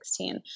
2016